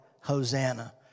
Hosanna